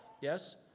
yes